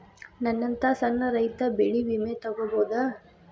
ನನ್ನಂತಾ ಸಣ್ಣ ರೈತ ಬೆಳಿ ವಿಮೆ ತೊಗೊಬೋದ?